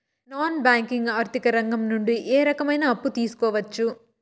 Non banking ఆర్థిక రంగం నుండి ఏ రకమైన అప్పు తీసుకోవచ్చు?